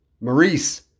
Maurice